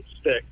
stick